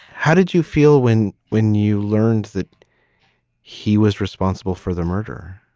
how did you feel when when you learned that he was responsible for the murder?